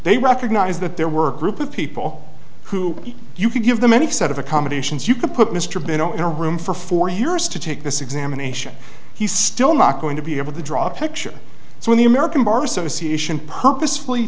they recognized that there were group of people who you could give them any sort of accommodations you could put mr benaud in a room for four years to take this examination he's still not going to be able to draw a picture so when the american bar association purposefully